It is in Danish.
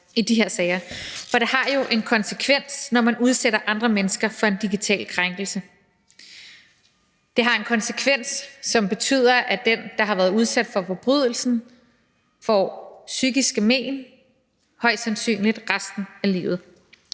i de her sager. For det har jo en konsekvens, når man udsætter andre mennesker for en digital krænkelse. Det har en konsekvens, som betyder, at dem, der har været udsat for forbrydelsen, får psykiske men højst sandsynligt resten af livet.